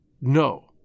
No